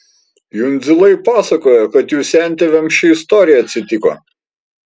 jundzilai pasakoja kad jų sentėviams ši istorija atsitiko